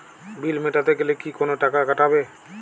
বিল মেটাতে গেলে কি কোনো টাকা কাটাবে?